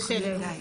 בסדר.